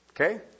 Okay